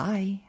Bye